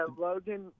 Logan